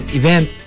event